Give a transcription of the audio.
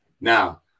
Now